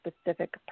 specific